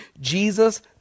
Jesus